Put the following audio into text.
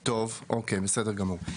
אוקיי, בסדר גמור.